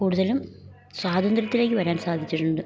കൂടുതലും സ്വാതന്ത്ര്യത്തിലേക്ക് വരാൻ സാധിച്ചിട്ടുണ്ട്